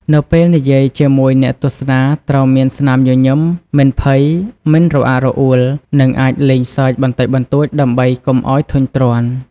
នៅពេលនិយាយជាមួយអ្នកទស្សនាត្រូវមានស្មាមញញឺម មិនភ័យ មិនរអាក់រអួល និងអាចលេងសើចបន្តិចបន្តួចដើម្បីកុំឲ្យធុញទ្រាន់។